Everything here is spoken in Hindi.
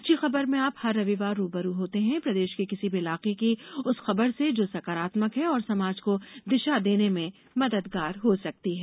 अच्छी खबर में आप हर रविवार रूबरू होते हैं प्रदेश के किसी भी इलाके की उस खबर से जो सकारात्मक है और समाज को दिशा देने में मददगार हो सकती है